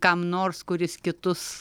kam nors kuris kitus